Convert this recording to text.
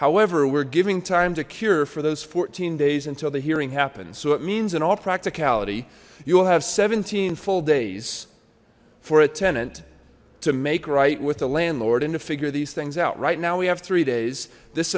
however we're giving time to cure for those fourteen days until the hearing happens so it means in all practicality you will have seventeen full days for a tenant to make right with the landlord and to figure these things out right now we have three days this